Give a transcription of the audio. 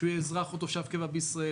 שהוא יהיה אזרח או תושב קבע בישראל,